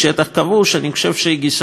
אני חושב שהיא גישה שערורייתית